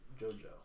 JoJo